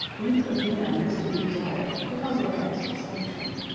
length of limb is to be desired because it adds distinction.